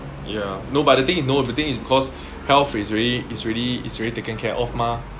ya no but the thing no the thing is cause health is already it's already it's already taken care of mah